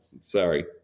Sorry